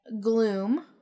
Gloom